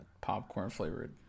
popcorn-flavored